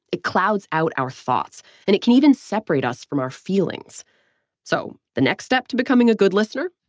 it clouds out our thoughts and it can even separate us from our feelings so, the next step to becoming a good listener?